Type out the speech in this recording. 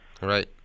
Right